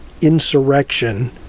insurrection